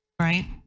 right